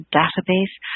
database